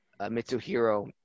Mitsuhiro